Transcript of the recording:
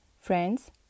Friends